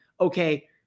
okay